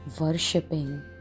worshipping